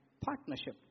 partnership